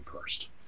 first